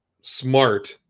smart